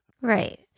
Right